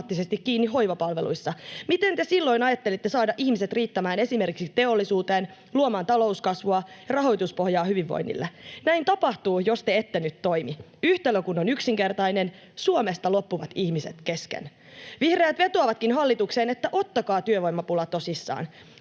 kiinni hoivapalveluissa. Miten te silloin ajattelitte saada ihmiset riittämään esimerkiksi teollisuuteen luomaan talouskasvua ja rahoituspohjaa hyvinvoinnille? Näin tapahtuu, jos te ette nyt toimi, yhtälö kun on yksinkertainen: Suomesta loppuvat ihmiset kesken. Vihreät vetoavatkin hallitukseen, että ottakaa työvoimapula tosissaan.